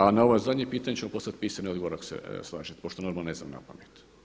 A na ovo zadnje pitanje ćemo poslati pisani odgovor, ako se slažete, pošto normalno ne znam na pamet.